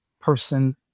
person